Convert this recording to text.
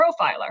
profiler